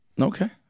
Okay